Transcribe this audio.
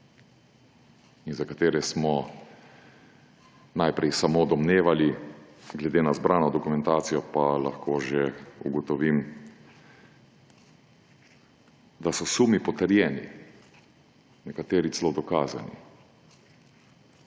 in za katere smo najprej samo domnevali, glede na zbrano dokumentacijo pa lahko že ugotovim, da so sumi potrjeni, nekateri celo dokazani.